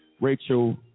Rachel